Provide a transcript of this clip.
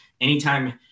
anytime